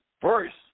First